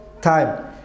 time